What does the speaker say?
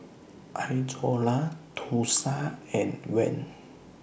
Izora Thursa and Van